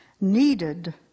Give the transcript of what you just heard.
needed